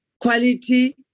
quality